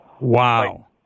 Wow